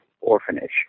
orphanage